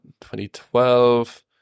2012